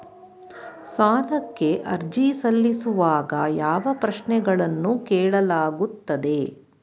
ಸಾಲಕ್ಕೆ ಅರ್ಜಿ ಸಲ್ಲಿಸುವಾಗ ಯಾವ ಪ್ರಶ್ನೆಗಳನ್ನು ಕೇಳಲಾಗುತ್ತದೆ?